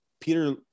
peter